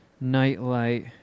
nightlight